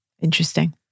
Interesting